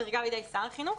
חריגה על ידי שר החינוך.